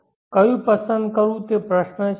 કયું પસંદ કરવું તે પ્રશ્ન છે